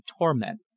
torment